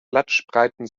blattspreiten